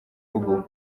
ruguru